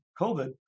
COVID